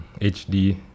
HD